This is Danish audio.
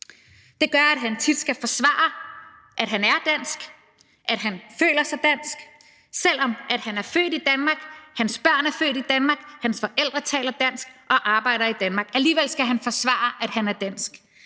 Det gør, at han tit skal forsvare, at han er dansk, og at han føler sig dansk, selv om han er født i Danmark, hans børn er født i Danmark, hans forældre taler dansk og arbejder i Danmark. Alligevel skal han forsvare, at han er dansk.